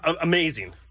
amazing